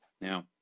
Now